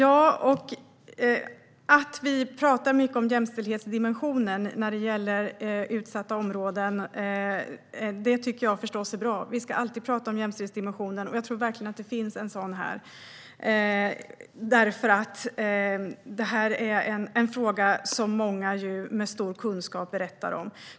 Att vi pratar mycket om jämställdhetsdimensionen när det gäller utsatta områden tycker jag förstås är bra. Vi ska alltid prata om jämställdhetsdimensionen, och jag tror verkligen att det finns en sådan här. Det här är ju en fråga som många med stor kunskap berättar om.